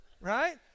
right